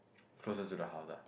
closest to the house ah